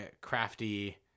crafty